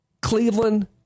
Cleveland